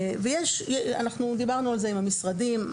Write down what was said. אנחנו דיברנו על זה עם המשרדים,